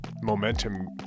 momentum